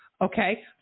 okay